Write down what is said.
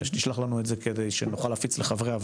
שתשלח לנו את זה כדי שנוכל להפיץ לחברי הוועדה.